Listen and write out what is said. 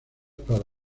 para